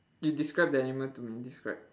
you describe the animal to me describe